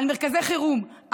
על מרכזי החירום,